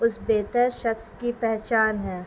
اس بہتر شخص کی پہچان ہے